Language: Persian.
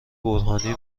برهانی